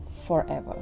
forever